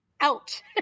out